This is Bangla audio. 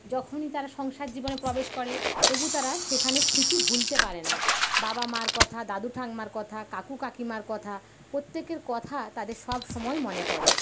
যখন তারা সংসার জীবনে প্রবেশ করে তবু তারা সেখানের স্মৃতি ভুলতে পারেনা বাবা মার কথা দাদু ঠাকুমার কথা কাকু কাকিমার কথা প্রত্যেকের কথা তাদের সব সময় মনে পড়ে